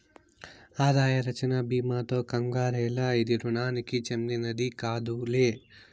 ఆదాయ రచ్చన బీమాతో కంగారేల, ఇది రుణానికి చెందినది కాదులే